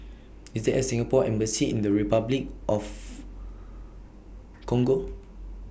IS There A Singapore Embassy in Repuclic of Congo